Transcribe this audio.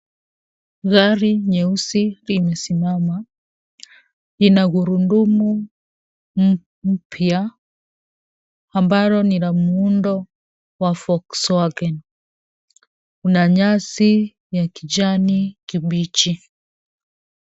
Gari nyeusi limesimama. Lina gurudumu mpya, ambalo ni la muundo wa Volkswagen. Kuna nyasi ya kijani kibichi.